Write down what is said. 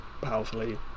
powerfully